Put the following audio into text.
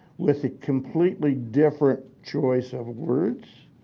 with a completely different choice of words,